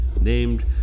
named